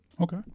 Okay